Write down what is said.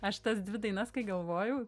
aš tas dvi dainas kai galvojau